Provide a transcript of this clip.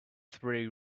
three